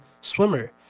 swimmer